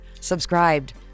subscribed